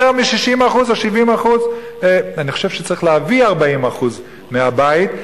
מ-60% או 70%; אני חושב שצריך להביא 40% מהבית.